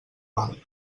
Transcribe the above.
val